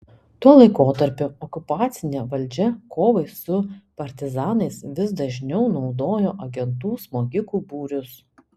tuo laikotarpiu okupacinė valdžia kovai su partizanais vis dažniau naudojo agentų smogikų būrius